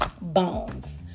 Bones